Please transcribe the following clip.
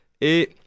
Et